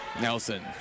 Nelson